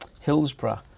Hillsborough